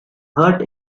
heart